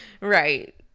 Right